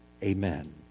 Amen